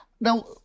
now